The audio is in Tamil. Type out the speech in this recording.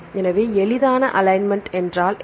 எனவே எளிதான அலைன்மென்ட் என்றால் என்ன